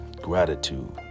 Gratitude